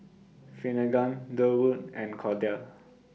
Finnegan Durwood and Cordell